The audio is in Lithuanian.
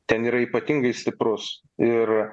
ten yra ypatingai stiprus ir